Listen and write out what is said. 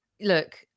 look